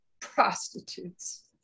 prostitutes